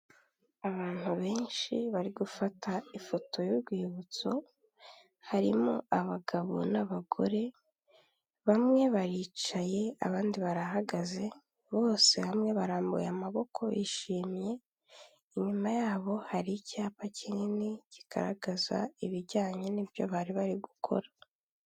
Abantu benshi bari gufata ifoto y'urwibutso harimo abagabo n'abagore bamwe baricaye abandi barahagaze, bose hamwe barambuye amaboko bishimye inyuma yabo hari icyapa kinini kigaragaza ibijyanye n'ibyo bari bari gukora.